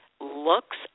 looks